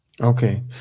Okay